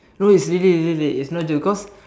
no it's really really really really it's no joke